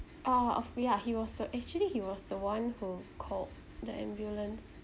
oh of he ya he was the actually he was the one who called the ambulance